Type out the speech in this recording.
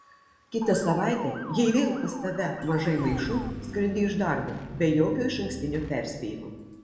kitą savaitę jei vėl pas tave mažai maišų skrendi iš darbo be jokio išankstinio perspėjimo